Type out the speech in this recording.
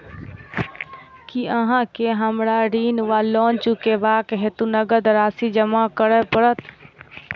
की अहाँ केँ हमरा ऋण वा लोन चुकेबाक हेतु नगद राशि जमा करऽ पड़त?